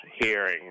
hearing